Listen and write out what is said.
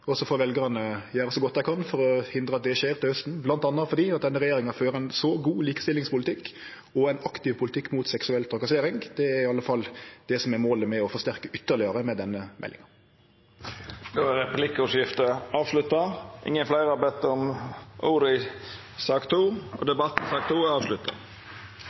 og så får veljarane gjere så godt dei kan for å hindre at det skjer til hausten, bl.a. fordi denne regjeringa fører ein så god likestillingspolitikk og ein aktiv politikk mot seksuell trakassering. Det er iallfall det som er målet me forsterkar ytterlegare med denne meldinga. Då er replikkordskiftet avslutta. Fleire har ikkje bedt om ordet til sak nr. 2. Etter ønske frå familie- og